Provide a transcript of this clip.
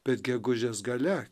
bet gegužės gale